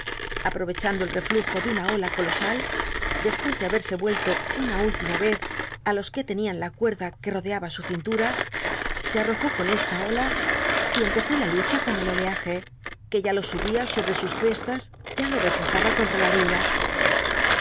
aprovechando el reflujo de una ola colosal despucs de haberse vuelto una última vez á los que tenían la cuerda que odeaba su cintura se arrojó con esta ola y empezó la lucha con el oleaje que ya lo subía sobi'c sus crestas ya lo rechazaba contra la orilla